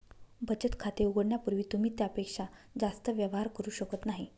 बचत खाते उघडण्यापूर्वी तुम्ही त्यापेक्षा जास्त व्यवहार करू शकत नाही